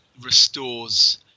restores